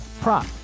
prop